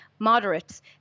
moderates